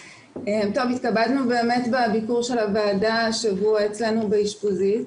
התכבדנו באמת בביקור של הוועדה השבוע אצלנו באשפוזית,